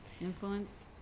Influence